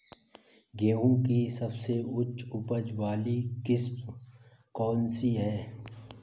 गेहूँ की सबसे उच्च उपज बाली किस्म कौनसी है?